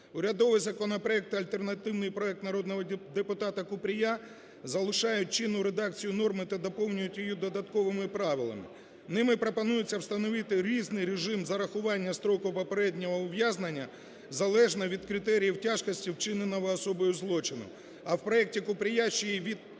Урядовий законопроект, альтернативний проект народного депутата Купрія, залишають чинну редакцію норми та доповнюють її додатковими правилами. Ними пропонується встановити різний режим зарахування строку попереднього ув'язнення залежно від критеріїв тяжкості вчиненого особою злочину,